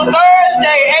Thursday